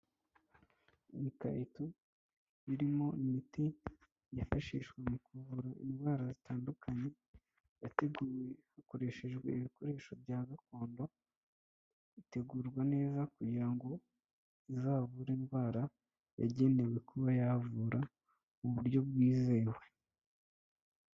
Ibikarito birimo imiti yifashishwa mu kuvura indwara zitandukanye, yateguwe hakoreshejwe ibikoresho bya gakondo, itegurwa neza kugira ngo izavure indwara yagenewe kuba yavura mu buryo bwizewe.